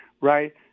Right